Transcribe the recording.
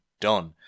done